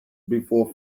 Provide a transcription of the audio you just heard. before